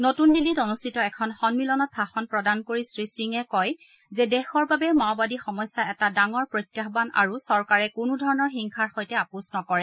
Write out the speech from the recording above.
নতুন দিল্লীত অনুষ্ঠিত এখন সম্মিলনত ভাষণ প্ৰদান কৰি শ্ৰী সিঙে কয় যে দেশৰ বাবে মাওবাদী সমস্যা এটা ডাঙৰ প্ৰত্যাহান আৰু চৰকাৰে কোনো ধৰণৰ হিংসাৰ সৈতে আপোচ নকৰে